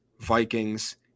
Vikings